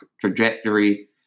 trajectory